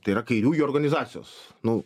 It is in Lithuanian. tai yra kairiųjų organizacijos nu